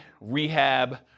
rehab